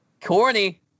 Corny